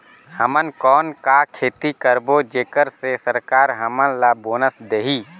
हमन कौन का खेती करबो जेकर से सरकार हमन ला बोनस देही?